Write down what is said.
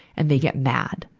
and they get mad,